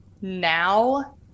now